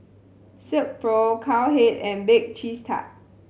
Silkpro Cowhead and Bake Cheese Tart